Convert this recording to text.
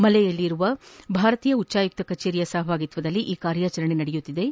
ಮಾಲೆಯಲ್ಲಿರುವ ಭಾರತೀಯ ಉಚ್ಗಾಯುಕ್ತ ಕಚೇರಿಯ ಸಹಭಾಗಿತ್ವದಲ್ಲಿ ಈ ಕಾರ್ಯಾಚರಣೆ ನಡೆಯುತ್ತಿವೆ